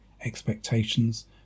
expectations